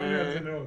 צר לי על זה מאוד.